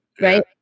Right